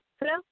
Hello